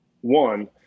one